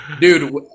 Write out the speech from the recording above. dude